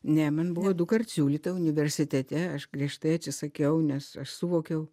ne man buvo dukart siūlyta universitete aš griežtai atsisakiau nes aš suvokiau